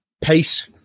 pace